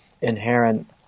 inherent